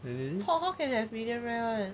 how can have medium rare [one]